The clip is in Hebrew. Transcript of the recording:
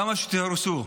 כמה שתהרסו,